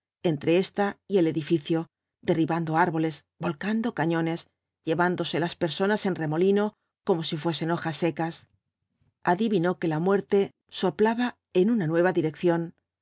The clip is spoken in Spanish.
entre ésta y el edificio derribando árboles volcando cañones llevándose las personas en remolino como si fuesen hojas secas adivinó que la muerte soplaba en una nueva dirección